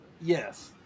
Yes